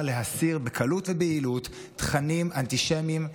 להסיר בקלות וביעילות תכנים אנטישמיים,